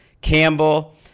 Campbell